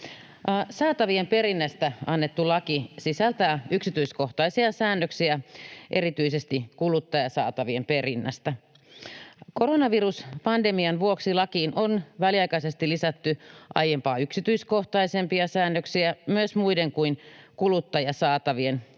Saatavien perinnästä annettu laki sisältää yksityiskohtaisia säännöksiä erityisesti kuluttajasaatavien perinnästä. Koronaviruspandemian vuoksi lakiin on väliaikaisesti lisätty aiempaa yksityiskohtaisempia säännöksiä myös muiden kuin kuluttajasaatavien eli